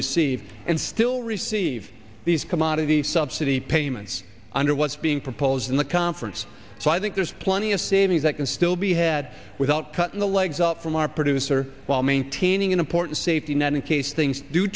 receive and still receive these commodity subsidy payments under what's being proposed in the calm france so i think there's plenty of savings that can still be had without cutting the legs up from our producer while maintaining an important safety net in case things do